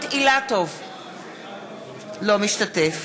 אינו משתתף